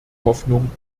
hoffnung